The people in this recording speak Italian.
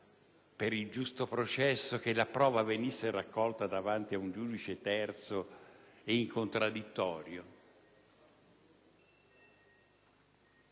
per il giusto processo la prova dovesse essere raccolta davanti ad un giudice terzo e in contraddittorio.